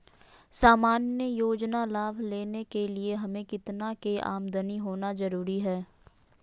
सामान्य योजना लाभ लेने के लिए हमें कितना के आमदनी होना जरूरी है?